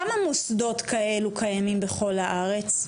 כמה מוסדות כאלו קיימים בכל הארץ?